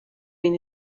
been